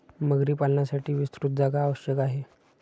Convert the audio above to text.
मगरी पालनासाठी विस्तृत जागा आवश्यक आहे